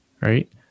Right